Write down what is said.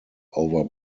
over